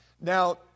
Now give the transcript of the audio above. Now